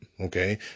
Okay